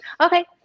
Okay